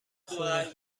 خونه